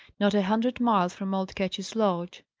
not a hundred miles from old ketch's lodge.